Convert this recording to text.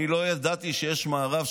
אני לא ידעתי שיש מארב,